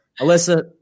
Alyssa